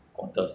对呀